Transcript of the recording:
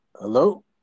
hello